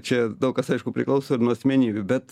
čia daug kas aišku priklauso ir nuo asmenybių bet